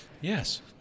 Yes